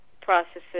processes